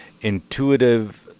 Intuitive